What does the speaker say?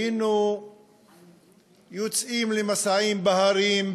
היינו יוצאים למסעות בהרים,